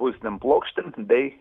spausdintinėm plokštėm bei